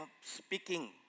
speaking